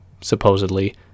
supposedly